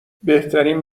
بهترین